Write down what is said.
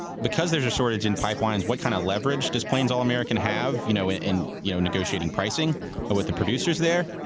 because there's a shortage in pipelines, what kind of leverage does plains all american have you know in in you know negotiating pricing ah with the producers there?